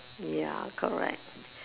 ya correct